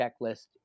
checklist